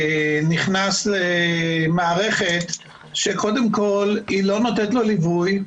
נכנס למערכת שקודם כל היא לא נותנת לו ליווי,